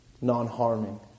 Non-harming